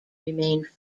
remained